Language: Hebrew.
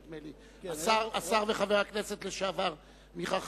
נדמה לי השר וחבר הכנסת לשעבר מיכה חריש,